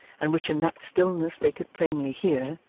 and which in that stillness they could plainly hear,